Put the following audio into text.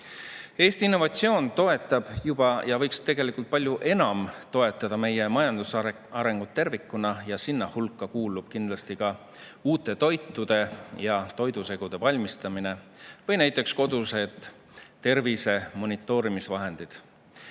Eesti innovatsioon toetab juba praegu, aga võiks tegelikult palju enam toetada meie majanduse arengut tervikuna. Sinna hulka kuuluvad kindlasti ka uute toitude ja toidusegude valmistamine või näiteks kodused tervise monitoorimise vahendid.